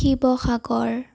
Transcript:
Sivasagar